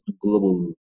global